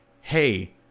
hey